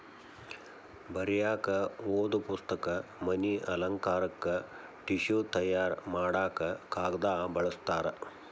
ಬರಿಯಾಕ ಓದು ಪುಸ್ತಕ, ಮನಿ ಅಲಂಕಾರಕ್ಕ ಟಿಷ್ಯು ತಯಾರ ಮಾಡಾಕ ಕಾಗದಾ ಬಳಸ್ತಾರ